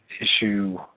issue